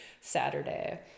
Saturday